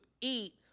eat